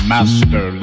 Master